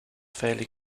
fairly